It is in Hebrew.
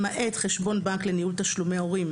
למעט חשבון בנק לניהול תשלומי הורים